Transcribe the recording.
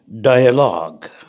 dialogue